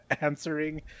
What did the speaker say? answering